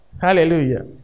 Hallelujah